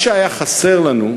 מה שהיה חסר לנו,